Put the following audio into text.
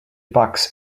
bucks